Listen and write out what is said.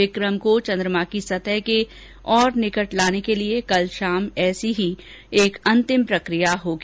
विक्रम को चंद्रमा की सतह के और निकट लाने के लिए कल शाम ऐसी ही एक अंतिम प्रक्रिया होगी